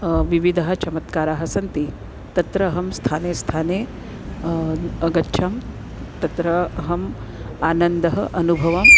विविधः चमत्काराः सन्ति तत्र अहं स्थाने स्थाने अगच्छं तत्र अहम् आनन्दः अनुभवम्